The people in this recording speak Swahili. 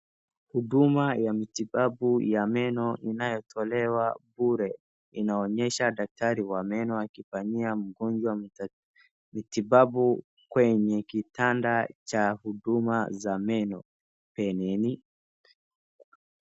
Huduma ya matibabu ya meno inayotolewa bure, inaonyesha daktari wa meno akifanyia mgonjwa matibabu kwenye kitanda cha huduma za meno.